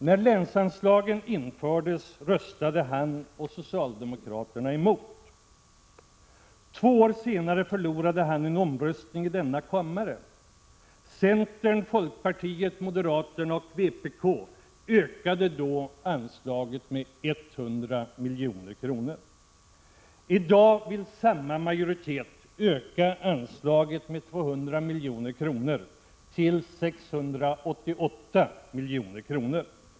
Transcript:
+ När länsanslagen infördes röstade han och socialdemokraterna emot. + Två år senare förlorade han en omröstning i denna kammare. Centern, folkpartiet, moderaterna och vpk ökade då anslaget med 100 milj.kr. + I dag vill samma majoritet öka anslaget med 200 milj.kr. till 688 milj.kr.